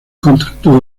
contacto